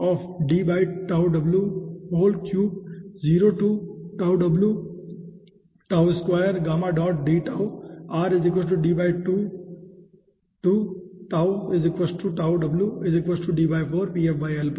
तो यह है पर